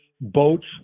Boats